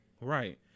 right